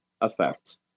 effect